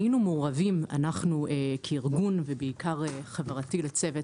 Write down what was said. היינו מעורבי אנחנו כארגון ובעיקר חברתי לצוות